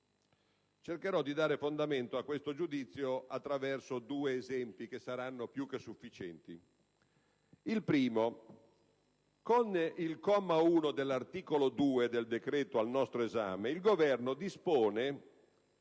Cercherò di dare fondamento a questo giudizio attraverso due esempi, che saranno più che sufficienti. Innanzitutto, con il comma 1 dell'articolo 2 del decreto-legge al nostro esame il Governo dispone,